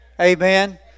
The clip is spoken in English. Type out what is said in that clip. Amen